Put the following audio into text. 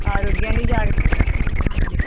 ఆరోగ్యాన్ని జాగ్రత్తగా చూసుకోండి